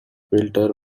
filter